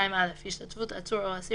התש"ף 2020. השתתפות עצור או אסיר